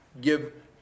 give